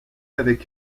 avec